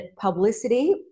publicity